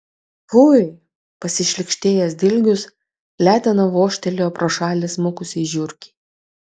fui pasišlykštėjęs dilgius letena vožtelėjo pro šalį smukusiai žiurkei